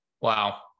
Wow